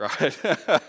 right